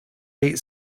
eight